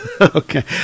okay